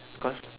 because